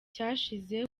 cyashize